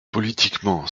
politiquement